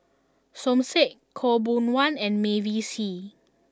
Som Said Khaw Boon Wan and Mavis Hee